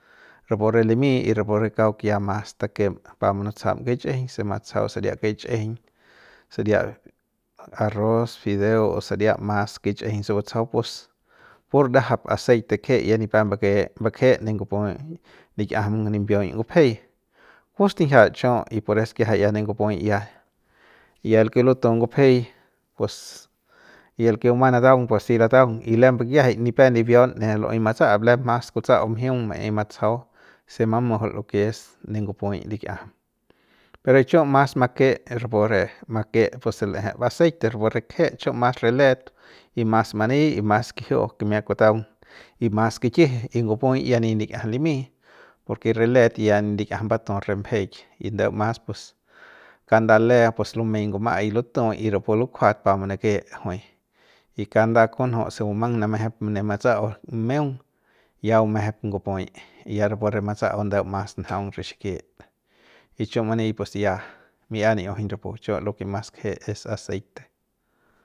Rapu re limy rapu re kauk ya mas takem pa munutsajam kichꞌijiñ se matsajau saria kichꞌijiñ saria arroz, fideo o saria mas kichꞌijiñ se batsajau pus por ndajap aceite kje ya nipep mbake mbakje'e ne ngup'uy lik'iajam nimbiuy ngupjei kupustinjia chiu y pores kiajai ya ne ngupuy ya ya el ke lutu ngupjei pus el ke bumang nataung si lataung y lembe kiajai nipep libiaun ne lu'uey matsa'ap lem mas kutsa'au mjiung ma'ey matsajau se mamujul lo ke es ne ngup'uy lik'iajam pero chiu mas make ra pu re make rapu se l'ejep vaseite ra pu re kje chiu mas re let y mas mani y mas kiji'iu kimia kutaung y mas kikiji y ngup'uy ya nip lik'iajam limy porke re let ya nip likiajam mbatut re mjeik y ndeu mas pus kanda le pus lumey nguma'ai lutu rapu lukjuat pa manake jui y kanda kunju se bumang namejep ne matsa'au meung ya bumejep ngup'uy y ya rapu re matsa'au ndeumas njaung re xikit y chiu mani pues ya mi'ia ni'iujuñ rapu chiu lo ke mas kje es aceite.